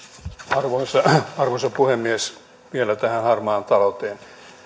arvoisa arvoisa puhemies vielä tähän harmaaseen talouteen